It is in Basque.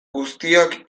guztiok